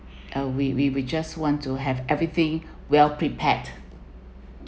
uh we we we just want to have everything well prepared